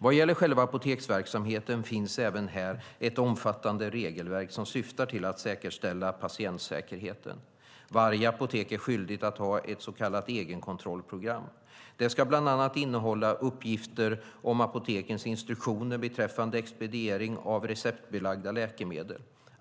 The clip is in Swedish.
Vad gäller själva apoteksverksamheten finns även här ett omfattande regelverk som syftar till att säkerställa patientsäkerheten. Varje apotek är skyldigt att ha ett så kallat egenkontrollprogram. Detta ska bland annat innehålla uppgifter om apotekets instruktioner beträffande expediering av receptbelagda läkemedel.